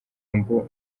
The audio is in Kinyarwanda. humble